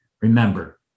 Remember